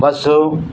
bus